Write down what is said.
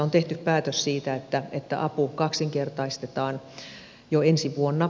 on tehty päätös siitä että apu kaksinkertaistetaan jo ensi vuonna